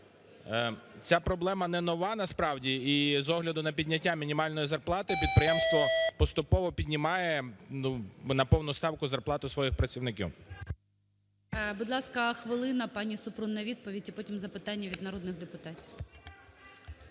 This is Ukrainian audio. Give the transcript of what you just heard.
ця проблема не нова насправді. І з огляду підняття мінімальної зарплати підприємство поступово піднімає на повну ставку зарплату своїх працівників.